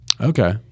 Okay